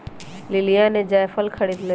लिलीया ने जायफल खरीद लय